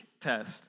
test